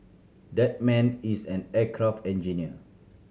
that man is an aircraft engineer